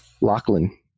Lachlan